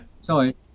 Sorry